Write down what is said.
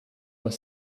was